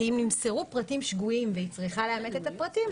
שאם נמסרו פרטים שגויים והיא צריכה לאמת את הפרטים,